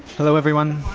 hello everyone.